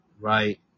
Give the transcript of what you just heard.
right